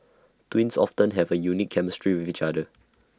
twins often have A unique chemistry with each other